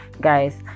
guys